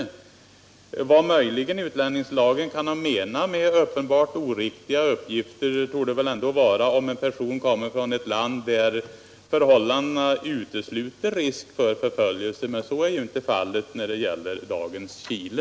Vad som åsyftas med ”uppenbart oriktigt” i utlänningslagen torde väl ändå vara om en person kommer från ett land där förhållandena utesluter risk för förföljelse. Men så är ju inte fallet när det gäller dagens Chile.